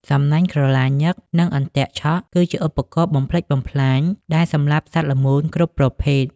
សំណាញ់ក្រឡាញឹក និងអន្ទាក់ឆក់ គឺជាឧបករណ៍បំផ្លិចបំផ្លាញដែលសម្លាប់សត្វល្មូនគ្រប់ប្រភេទ។